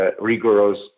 rigorous